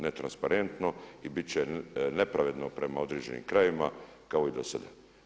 Ne transparentno i biti će nepravedno prema određenim krajevima kao i do sada.